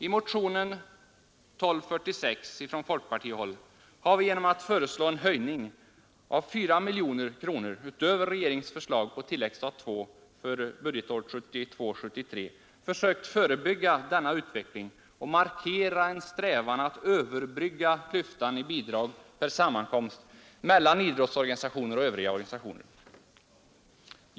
I motionen 1246 har vi från folkpartihåll genom att föreslå en höjning med 4 miljoner kronor utöver regeringens förslag på tilläggsstat II för budgetåret 1972/73 försökt förebygga denna utveckling och markera en strävan att överbrygga klyftan i fråga om bidrag per sammankomst mellan idrottsorganisationer och övriga ungdomsorganisationer.